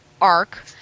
arc